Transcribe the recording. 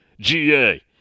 GA